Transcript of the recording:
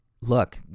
look